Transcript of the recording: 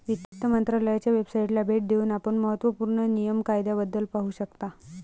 वित्त मंत्रालयाच्या वेबसाइटला भेट देऊन आपण महत्त्व पूर्ण नियम कायद्याबद्दल पाहू शकता